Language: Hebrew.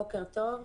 בוקר טוב.